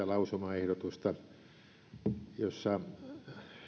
lausumaehdotusta jossa